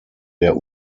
der